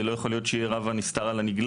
לא יכול להיות שיהיה רב הנסתר על הנגלה